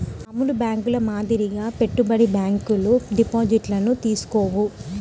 మామూలు బ్యేంకుల మాదిరిగా పెట్టుబడి బ్యాంకులు డిపాజిట్లను తీసుకోవు